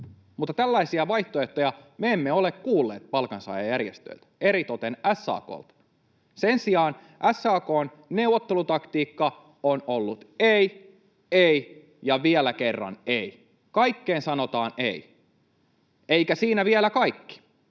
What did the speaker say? Mutta tällaisia vaihtoehtoja me emme ole kuulleet palkansaajajärjestöiltä, eritoten SAK:lta. Sen sijaan SAK:n neuvottelutaktiikka on ollut ”ei, ei ja vielä kerran ei”. Kaikkeen sanotaan ”ei”, eikä siinä vielä kaikki: